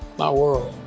my world.